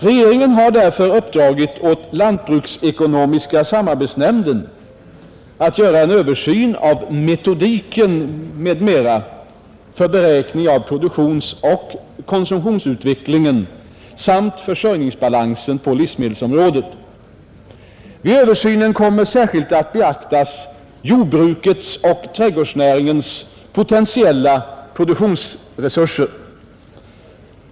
Regeringen har därför uppdragit åt lantbruksekonomiska samarbetsnämnden att göra en översyn av metodiken m.m. för beräkning av produktionsoch konsumtionsutvecklingen samt försörjningsbalansen på livsmedelsområdet. Vid översynen kommer särskilt att beaktas jordbrukets och trädgårdsnäringens potentiella produktionsresurser.